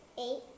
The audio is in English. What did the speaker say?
Eight